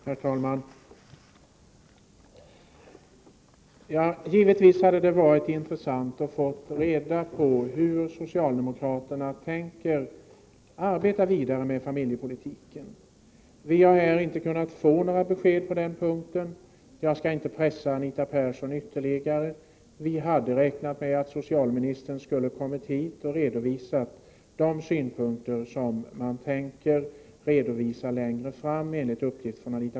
Herr talman! Givetvis hade det varit intressant att få reda på hur socialdemokraterna tänker arbeta vidare med familjepolitiken. Vi har här inte kunnat få några besked på den punkten. Jag skall inte pressa Anita Persson ytterligare. Vi hade räknat med att socialministern skulle komma hit och redovisa de synpunkter som man, enligt uppgift från Anita Persson, tänker redovisa längre fram.